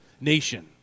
nation